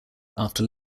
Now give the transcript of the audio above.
after